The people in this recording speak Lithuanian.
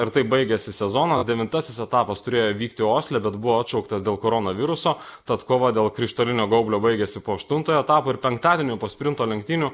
ir taip baigėsi sezono devintasis etapas turėjo vykti osle bet buvo atšauktas dėl koronaviruso tad kova dėl krištolinio gaublio baigėsi po aštuntojo etapo ir penktadienį po sprinto lenktynių